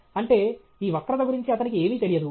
అంటే ఈ వక్రత గురించి అతనికి ఏమీ తెలియదు